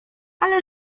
ale